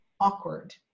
awkward